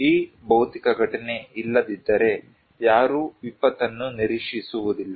ಈ ಭೌತಿಕ ಘಟನೆ ಇಲ್ಲದಿದ್ದರೆ ಯಾರೂ ವಿಪತ್ತನ್ನು ನಿರೀಕ್ಷಿಸುವುದಿಲ್ಲ